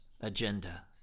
agenda